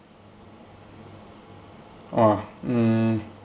!wah! mm